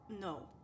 No